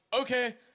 okay